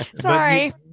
Sorry